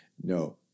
no